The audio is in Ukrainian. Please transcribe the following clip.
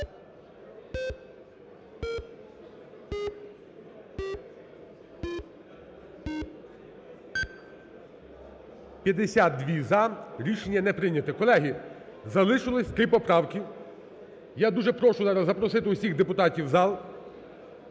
За-52 Рішення не прийнято. Колеги, залишилось три поправки. Я дуже прошу зараз запросити усіх депутатів в зал